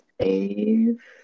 save